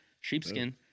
Sheepskin